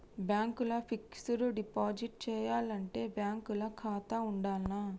Bank ల fixed deposit చేయాలంటే bank ల ఖాతా ఉండాల్నా?